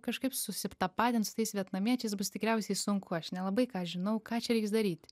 kažkaip susitapatint su tais vietnamiečiais bus tikriausiai sunku aš nelabai ką žinau ką čia reiks daryt